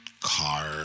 car